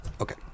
Okay